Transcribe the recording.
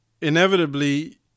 inevitably